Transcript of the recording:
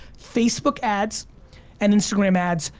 facebook ads and instagram ads,